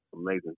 amazing